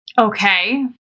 Okay